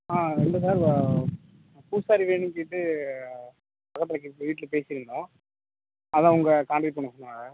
ஆ இல்லை சார் பூசாரி வேணும்னு கேட்டு பக்கத்தில் இருக்க வீட்டில் பேசியிருந்தோம் அதுதான் உங்களை கான்டேக்ட் பண்ண சொன்னாங்க